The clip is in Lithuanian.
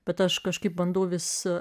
bet aš kažkaip bandau vis